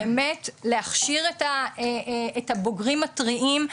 באמת להכשיר את הבוגרים הטריים,